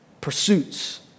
pursuits